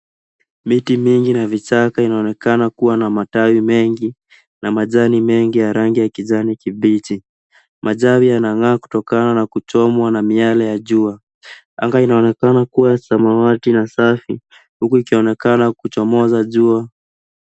Miti mingi na vichaka inaonekana kuwa na matawi mengi na majani mengi ya rangi ya kijani kibichi. Majani yanang'aa kutokana na kuchomwa na miale ya jua. Anga inaonekana kuwa ya samawati na safi huku ikionekana kuchomoza jua.